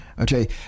Okay